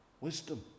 wisdom